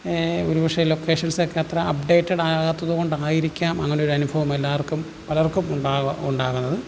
ഒരുപക്ഷെ ലൊക്കേഷൻസൊക്കെ അത്ര അപ്ഡേറ്റഡ് ആകാത്തതു കൊണ്ടായിരിക്കാം അങ്ങനൊരു അനുഭവം എല്ലാവർക്കും പലർക്കും ഉണ്ടാവ ഉണ്ടാകുന്നത്